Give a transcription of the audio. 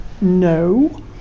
No